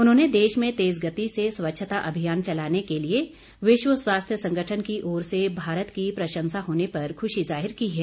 उन्होंने देश में तेज गति से स्वच्छता अभियान चलाने के लिए विश्व स्वास्थ्य संगठन की ओर से भारत की प्रशंसा होने पर खुशी जाहिर की है